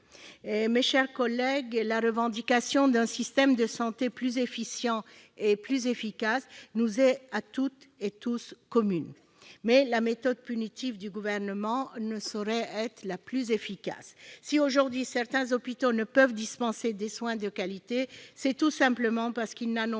Mes chers collègues, la revendication d'un système de santé plus efficient et plus efficace nous est, à toutes et tous, commune. Mais la méthode punitive du Gouvernement ne saurait être la plus efficace. Si aujourd'hui certains hôpitaux ne peuvent dispenser des soins de qualité, c'est tout simplement parce qu'ils n'en